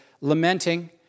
lamenting